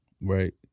Right